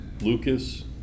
Lucas